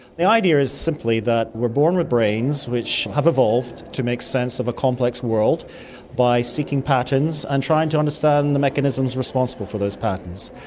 the idea is simply that we're born with brains which have evolved to make sense of a complex world by seeking patterns and trying to understand and the mechanisms responsible for those patterns.